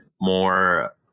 more